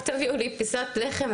רק תביאו לי פיסת לחם,